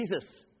Jesus